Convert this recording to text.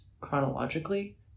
chronologically